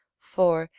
for,